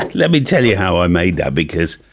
and let me tell you how i made that because